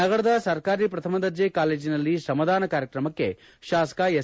ನಗರದ ಸರ್ಕಾರಿ ಪ್ರಥಮ ದರ್ಜೆ ಕಾಲೇಜಿನಲ್ಲಿ ಶ್ರಮದಾನ ಕಾರ್ಯಕ್ರಮಕ್ಕೆ ಶಾಸಕ ಎಸ್